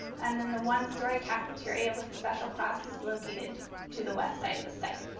and then the one-story cafeteria with special classes located to the west side of the site.